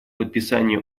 подписания